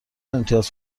امتیاز